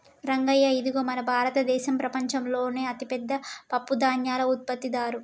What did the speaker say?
రంగయ్య ఇదిగో మన భారతదేసం ప్రపంచంలోనే అతిపెద్ద పప్పుధాన్యాల ఉత్పత్తిదారు